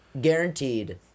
Guaranteed